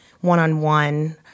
one-on-one